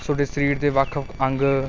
ਤੁਹਾਡੇ ਸਰੀਰ ਦੇ ਵੱਖ ਅੰਗ